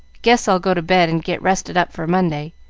guess i'll go to bed and get rested up for monday.